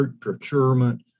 procurement